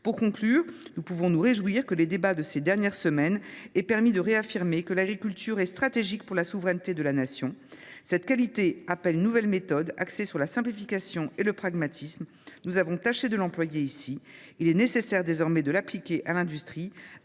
Pour conclure, nous pouvons nous réjouir que les débats de ces dernières semaines aient permis de réaffirmer que l’agriculture est « stratégique » pour la souveraineté de la Nation. Cette qualité appelle une nouvelle méthode, axée sur la simplification et le pragmatisme. Nous avons tâché de l’employer ici. Il est nécessaire désormais de l’appliquer à l’industrie,